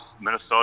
Minnesota